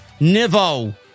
Nivo